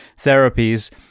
therapies